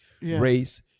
race